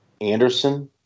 Anderson